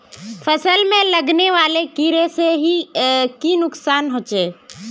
फसल में लगने वाले कीड़े से की नुकसान होचे?